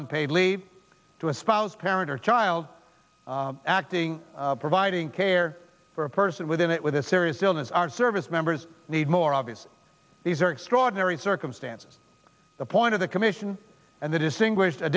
unpaid leave to a spouse parent or child acting providing care for a person within it with a serious illness our service members need more obviously these are extraordinary circumstances the point of the commission and the distinguish